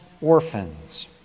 orphans